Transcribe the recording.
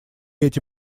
эти